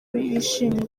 bishimiye